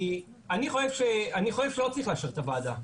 אני חושב שלא צריך לאשר את החוק,